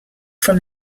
from